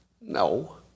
No